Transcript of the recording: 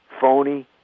phony